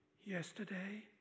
yesterday